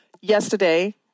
yesterday